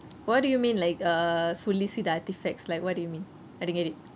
what do you mean like err fully see the artefacts like what do you mean I don't get it